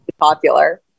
popular